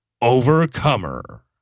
Overcomer